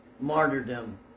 martyrdom